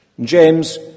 James